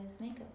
makeup